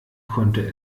konnte